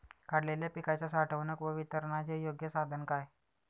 काढलेल्या पिकाच्या साठवणूक व वितरणाचे योग्य साधन काय?